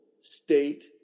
state